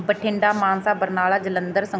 ਬਠਿੰਡਾ ਮਾਨਸਾ ਬਰਨਾਲਾ ਜਲੰਧਰ ਸ